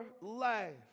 life